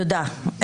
תודה.